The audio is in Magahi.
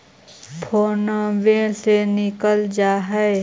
फोनवो से निकल जा है?